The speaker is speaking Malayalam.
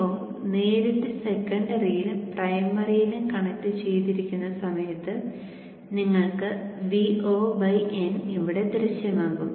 Vo നേരിട്ട് സെക്കൻഡറിയിലും പ്രൈമറിയിലും കണക്റ്റ് ചെയ്തിരിക്കുന്ന സമയത്ത് നിങ്ങൾക്ക് Von ഇവിടെ ദൃശ്യമാകും